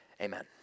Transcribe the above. Amen